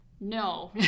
no